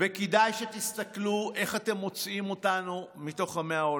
וכדאי שתסתכלו איך אתם מוציאים אותנו בתוך עמי העולם.